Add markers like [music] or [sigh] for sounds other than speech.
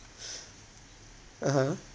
[noise] (uh huh)